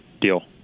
deal